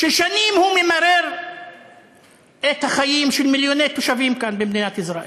ששנים הוא ממרר את החיים של מיליוני תושבים כאן במדינת ישראל.